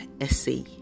Essay